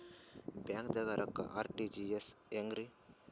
ಬ್ಯಾಂಕ್ದಾಗ ರೊಕ್ಕ ಆರ್.ಟಿ.ಜಿ.ಎಸ್ ಹೆಂಗ್ರಿ?